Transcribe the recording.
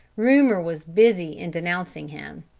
rumor was busy in denouncing him.